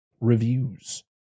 reviews